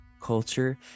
culture